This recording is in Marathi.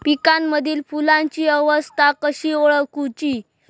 पिकांमदिल फुलांची अवस्था कशी ओळखुची?